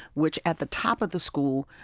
which, at the top of the school,